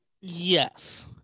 Yes